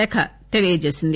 శాఖ తెలియజేసింది